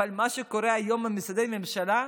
אבל מה שקורה היום במשרדי ממשלה,